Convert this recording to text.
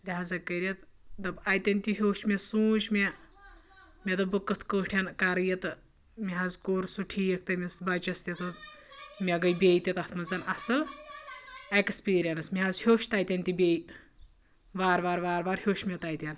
لحاظہ کٔرِتھ دوٚپ اَتٮ۪ن تہِ ہیوٚچھ مےٚ سوٗنٛچ مےٚ مےٚ دوٚپ بہٕ کِتھ کٲٹھۍ کَرٕ یہِ تہٕ مےٚ حظ کوٚر سُہ ٹھیٖک تٔمِس بَچَس تہِ مےٚ گٔیے بیٚیہِ تہِ تَتھ منٛز اَصٕل اٮ۪کٕسپیٖرَنس مےٚ حظ ہیوٚچھ تَتٮ۪ن تہِ بیٚیہِ وارٕ وارٕ وارٕ وارٕ ہیوٚچھ مےٚ تَتٮ۪ن